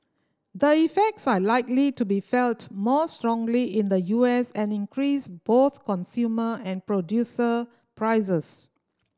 the effects are likely to be felt more strongly in the U S and increase both consumer and producer prices